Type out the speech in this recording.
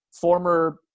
former